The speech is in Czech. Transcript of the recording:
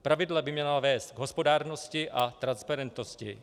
Pravidla by měla vést k hospodárnosti a transparentnosti.